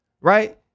right